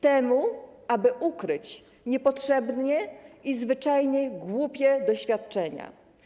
Temu, aby ukryć niepotrzebne i zwyczajnie głupie doświadczenia.